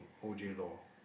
O_J-Law